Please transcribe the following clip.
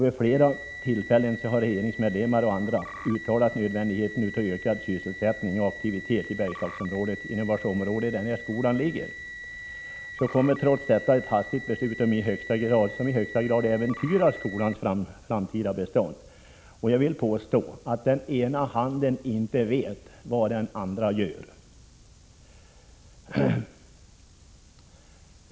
Vid flera tillfällen har regeringsmedlemmar och även andra uttalat nödvändigheten av ökad sysselsättning och aktivitet i Bergslagsområdet, där denna skola ligger. Trots detta har nu fattats ett hastigt beslut som i allra högsta grad äventyrar skolans framtida bestånd. Jag vill påstå att den ena handen inte vet vad den andra gör.